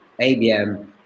ABM